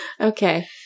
okay